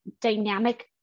dynamic